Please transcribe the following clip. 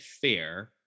fair